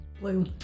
Blue